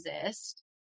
exist